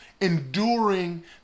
enduring